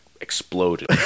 exploded